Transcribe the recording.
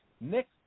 next